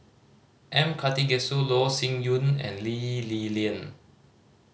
M Karthigesu Loh Sin Yun and Lee Li Lian